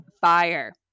fire